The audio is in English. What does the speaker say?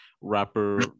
rapper